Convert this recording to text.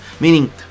meaning